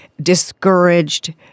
discouraged